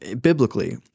biblically